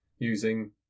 using